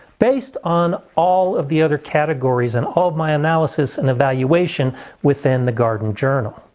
based on all of the other categories and all my analysis and evaluation within the garden journal.